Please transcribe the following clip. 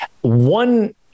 one